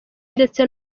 ndetse